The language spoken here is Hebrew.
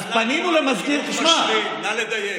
נא לדייק.